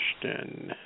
question